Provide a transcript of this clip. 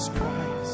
Christ